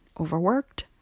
overworked